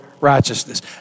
Righteousness